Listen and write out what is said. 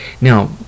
now